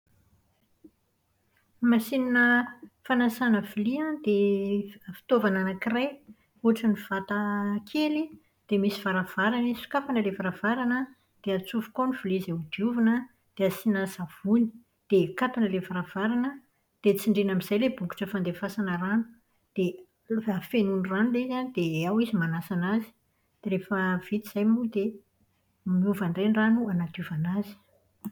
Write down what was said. Ny masinina fanasana vilia an dia fitaovana ankiray ohatran'ny vata kely dia misy varavarana izy. Sokafana ilay varavarana an, dia atsofoka ao ny vilia izay hodiovina, dia asiana savony. Dia akatony ilay varavarana, dia tsindrina amin'izay ilay bokotra fandefasana rano. Dia fenoiny rano ilay izy an dia ao izy manasa anazy. Dia rehefa vita izay moa dia miova indray ny rano hanadiovana azy.